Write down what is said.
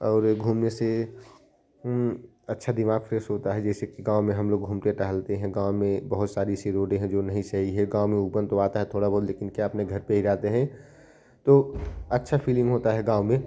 और घूमने से अच्छा दिमाग फ्रेश होता है जैसे कि गाँव में हम लोग घूमते टहलते हैं गाँव में बहुत सारी सी रोडे हैं जो नहीं सही है गाँव में ऊपर तो आता है थोड़ा बहुत लेकिन क्या अपने घर पर ही रहते हैं तो अच्छा फीलिंग होता है गाँव में